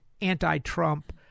anti-trump